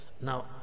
Now